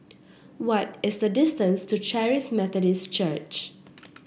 what is the distance to Charis Methodist Church